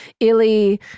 Illy